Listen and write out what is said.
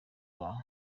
rwa